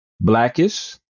Blackish